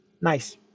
nice